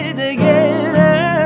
together